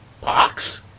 Pox